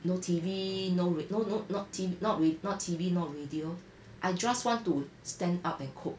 no T_V no ra~ no no not t~ not ra~ not T_V not radio I just want to stand up and cook